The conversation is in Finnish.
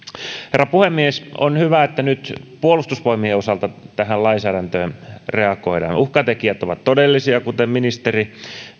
herra puhemies on hyvä että nyt puolustusvoimien osalta tähän lainsäädännöllä reagoidaan uhkatekijät ovat todellisia kuten ministeri